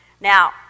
Now